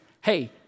Hey